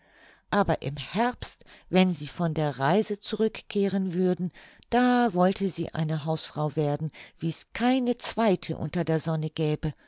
aber im herbst wenn sie von der reise zurückkehren würden da wollte sie eine hausfrau werden wie's keine zweite unter der sonne gäbe